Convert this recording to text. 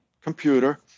computer